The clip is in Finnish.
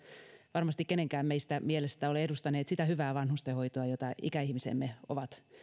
varmasti meidän kenenkään mielestä ole edustaneet sitä hyvää vanhustenhoitoa jota ikäihmisemme ovat